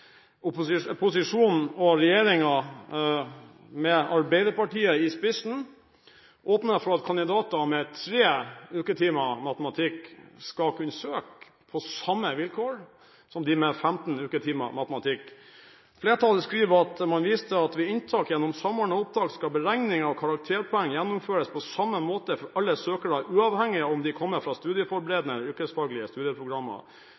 utdanning. Posisjonen og regjeringen – med Arbeiderpartiet i spissen – åpner for at kandidater med 3 uketimer i matematikk skal kunne søke på samme vilkår som de med 15 uketimer i matematikk. Flertallet skriver i innstillingen at man «viser til at ved inntak gjennom Samordna opptak skal beregningen av karakterpoeng gjennomføres på samme måte for alle søkere, uavhengig av om de kommer fra studieforberedende eller yrkesfaglige studieprogrammer».